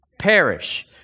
perish